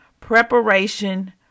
Preparation